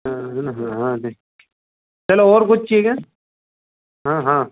हाँ है ना हाँ हाँ जी चलो और कुछ चाहिए क्या हाँ हाँ